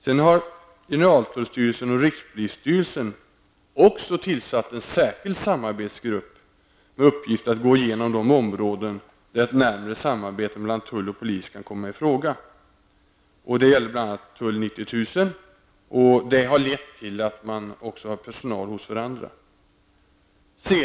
Sedan har generaltullstyrelsen och rikspolisstyrelsen också tillsatt en särskild samarbetsgrupp med uppgift att gå igenom de områden där ett närmare samarbete mellan tull och polis kan komma i fråga. Det gäller bl.a. Tull 90 000. Det har lett till att man också har personal hos varandra.